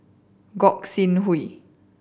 Gog Sing Hooi